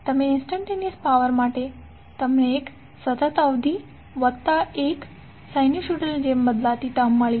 તો instantaneous power માટે તમને એક કોન્સટન્ટ ટર્મ વત્તા એક સાઈનુસોઇડ ની જેમ બદલાતી ટર્મ મળી